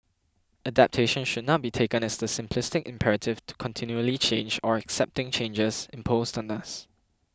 adaptation should not be taken as the simplistic imperative to continually change or accepting changes imposed on us